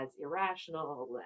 irrational